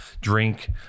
drink